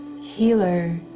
healer